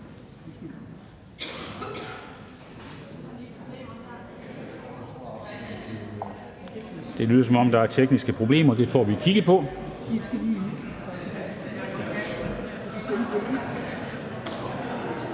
Det lyder, som om der er tekniske problemer. Det får vi kigget på.